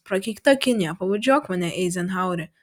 prakeikta kinija pabučiuok mane eizenhaueri